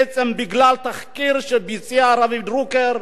בעצם בגלל תחקיר שביצע רביב דרוקר,